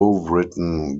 written